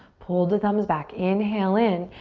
pull the thumbs back, inhale in.